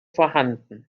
vorhanden